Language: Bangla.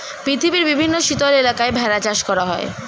পৃথিবীর বিভিন্ন শীতল এলাকায় ভেড়া চাষ করা হয়